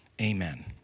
Amen